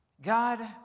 God